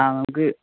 ആ നമുക്ക്